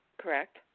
correct